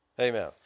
Amen